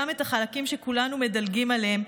גם את החלקים שכולנו מדלגים עליהם,